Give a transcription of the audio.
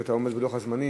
כשאתה עומד בלוח הזמנים,